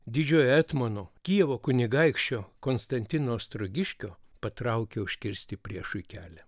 didžiojo etmono kijevo kunigaikščio konstantino ostrogiškio patraukė užkirsti priešui kelią